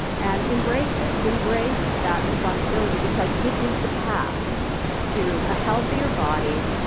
and embrace it. embrace that responsibility, because it is the path to a healthier body,